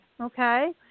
Okay